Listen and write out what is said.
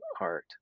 art